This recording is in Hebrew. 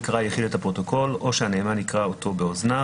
יקרא היחיד את הפרוטוקול או שהנאמן יקרא אותו באוזניו,